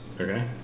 okay